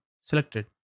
selected